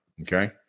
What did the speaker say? Okay